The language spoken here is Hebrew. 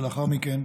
ולאחר מכן,